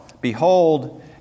Behold